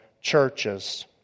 churches